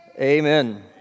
Amen